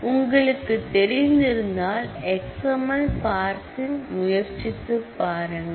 உங்களுக்கு தெரிந்திருந்தால் XML parsing முயற்சித்துப் பாருங்கள்